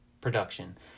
production